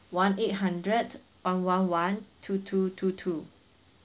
one eight hundred one one one two two two two